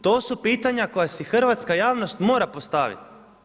To su pitanja koja si hrvatska javnost mora postaviti.